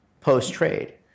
post-trade